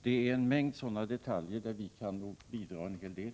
Det är en mängd sådana detaljer där vi kan bidra en hel del.